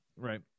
Right